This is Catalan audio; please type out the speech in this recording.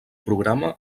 programa